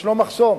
יש מחסום,